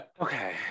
Okay